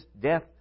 death